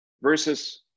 versus